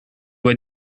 vois